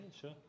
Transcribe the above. sure